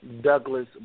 Douglas